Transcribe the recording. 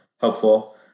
helpful